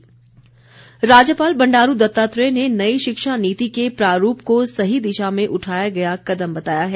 राज्यपाल राज्यपाल बंडारू दत्तात्रेय ने नई शिक्षा नीति के प्रारूप को सही दिशा में उठाया गया कदम बताया है